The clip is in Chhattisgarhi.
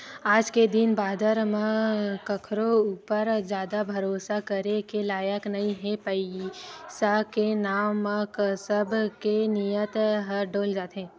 आज के दिन बादर म कखरो ऊपर जादा भरोसा करे के लायक नइ हे पइसा के नांव म सब के नियत ह डोल जाथे